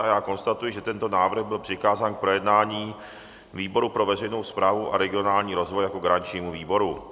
A já konstatuji, že tento návrh byl přikázán k projednání výboru pro veřejnou správu a regionální rozvoj jako garančnímu výboru.